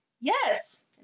Yes